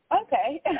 Okay